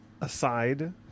aside